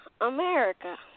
America